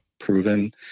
proven